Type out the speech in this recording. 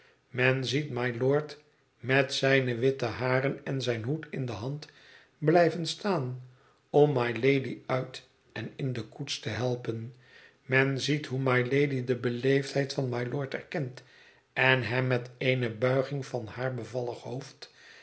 men ziet mylord met zijne witte haren en zijn hoed in de hand blijven staan om mylady uit en in de koets te helpen men ziet hoe mylady de beleefdheid van mylord erkent en hem met eene buiging van haar bevallig hoofd